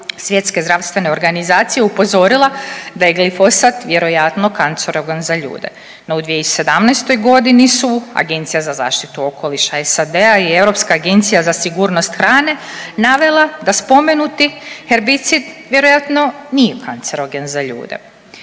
Svjetske zdravstvene organizacije upozorila da je glifosat vjerojatno kancerogen za ljude. No, u 2017. godini su Agencija zaštitu okoliša SAD-a i Europska agencija za sigurnost hrane navela da spomenuti herbicid vjerojatno nije kancerogen za ljude.